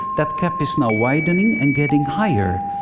that cap is now widening and getting higher.